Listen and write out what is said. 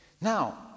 Now